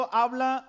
habla